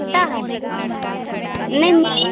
छोटा है नहीं मिलेगा